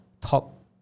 top